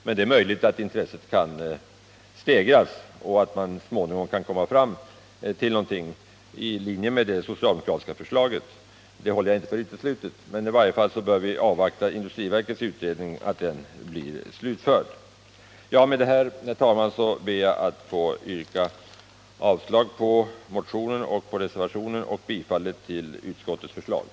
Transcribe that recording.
Men det är möjligt att intresset kan stegras, och jag håller inte för uteslutet att man så småningom kan komma fram till någonting i linje med det socialdemokratiska förslaget. Men i varje fall bör vi avvakta att industriverkets utredning blir slutförd. Med detta, herr talman, ber jag att få yrka avslag på motionen och på reservationen och bifall till utskottets hemställan.